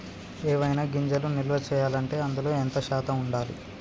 ఏవైనా గింజలు నిల్వ చేయాలంటే అందులో ఎంత శాతం ఉండాలి?